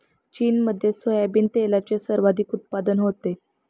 चीनमध्ये सोयाबीन तेलाचे सर्वाधिक उत्पादन होते